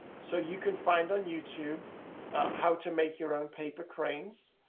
so you can find on youtube how to make your own paper cranes,